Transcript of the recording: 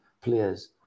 players